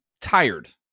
tired